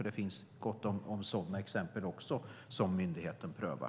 Det finns nämligen gott också om sådana exempel som myndigheten prövar.